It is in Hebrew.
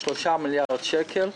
3 מיליארד שקל.